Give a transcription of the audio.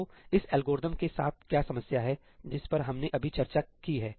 तो इस एल्गोरिथ्म के साथ क्या समस्या है जिस पर हमने अभी चर्चा की है